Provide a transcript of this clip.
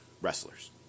wrestlers